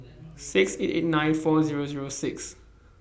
six eight eight nine four Zero Zero six